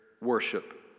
worship